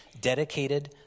dedicated